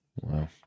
Wow